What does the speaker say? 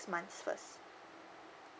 months first